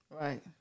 Right